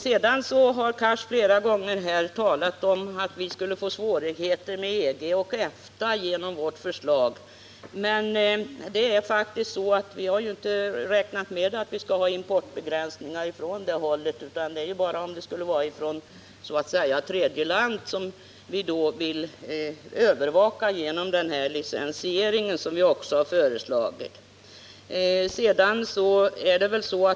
Handelsminister Cars har flera gånger talat om att det genom vårt förslag skulle uppstå svårigheter med EG och EFTA. Men vi har inte räknat med några importbegränsningar åt det hållet. Det är bara så att säga tredje land som vi vill övervaka genom den licensiering som vi har föreslagit.